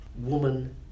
woman